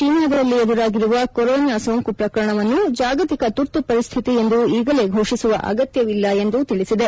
ಚೀನಾದಲ್ಲಿ ಎದುರಾಗಿರುವ ಕೊರೋನಾ ಸೋಂಕು ಪ್ರಕರಣವನ್ನು ಜಾಗತಿಕ ತುರ್ತು ಪರಿಸ್ಡಿತಿ ಎಂದು ಈಗಲೇ ಘೋಷಿಸುವ ಅಗತ್ಯವಿಲ್ಲ ಎಂದು ತಿಳಿಸಿದೆ